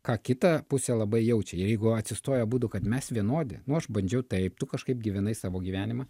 ką kita pusė labai jaučia ir jeigu atsistoja abudu kad mes vienodi nu aš bandžiau taip tu kažkaip gyvenai savo gyvenimą